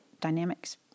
dynamics